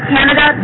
Canada